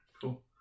Cool